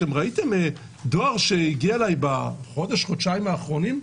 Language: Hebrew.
ראיתם דואר שהגיע אליי בחודש-חודשיים האחרונים?